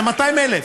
זה 200,000,